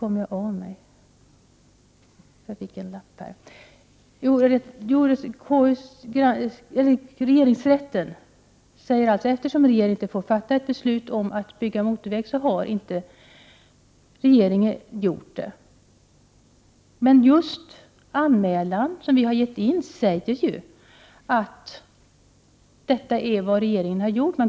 Men i den anmälan som vi har lämnat in säger vi att regeringen har fattat ett sådant beslut.